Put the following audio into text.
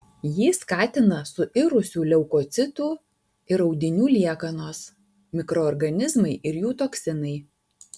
jį skatina suirusių leukocitų ir audinių liekanos mikroorganizmai ir jų toksinai